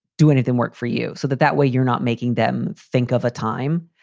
do anything work for you so that that way you're not making them think of a time,